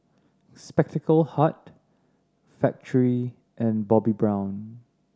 Spectacle Hut Factorie and Bobbi Brown